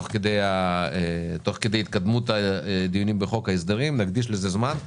תוך כדי התקדמות הדיונים בחוק ההסדרים נקדיש לזה זמן,